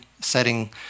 setting